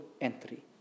entry